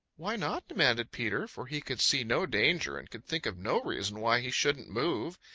why not? demanded peter, for he could see no danger and could think of no reason why he shouldn't move.